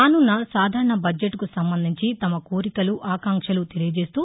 రానున్న సాధారణ బడ్షెట్కు సంబంధించి తమ కోరికలు ఆకాంక్షలు తెలియచేస్తూ